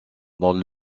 dans